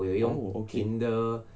oh okay